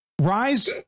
Rise